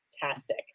fantastic